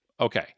Okay